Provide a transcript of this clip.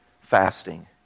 fasting